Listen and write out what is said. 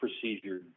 procedure